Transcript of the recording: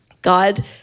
God